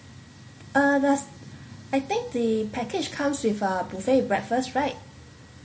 uh I think the package comes with a buffet breakfast right